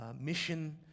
mission